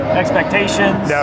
expectations